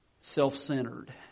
self-centered